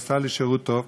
היא עשתה לי שירות טוב.